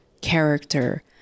character